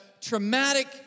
traumatic